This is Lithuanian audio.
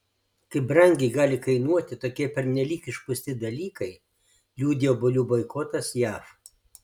kaip brangiai gali kainuoti tokie pernelyg išpūsti dalykai liudija obuolių boikotas jav